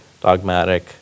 dogmatic